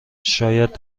شاید